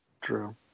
True